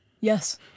yes